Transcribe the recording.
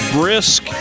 brisk